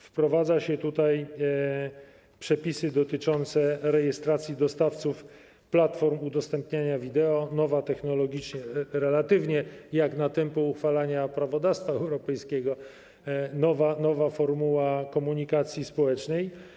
Wprowadza się tutaj przepisy dotyczące rejestracji dostawców platform udostępniania wideo, czyli nowej technologicznie - relatywnie nowej, jak na tempo uchwalania prawodawstwa europejskiego - formuły komunikacji społecznej.